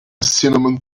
cinnamon